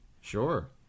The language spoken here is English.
Sure